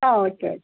ആ ഓക്കെ